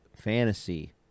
fantasy